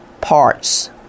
parts